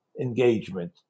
engagement